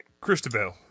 christabel